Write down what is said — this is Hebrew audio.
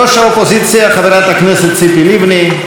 ראש האופוזיציה חברת הכנסת ציפי לבני,